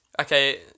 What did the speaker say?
Okay